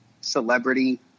celebrity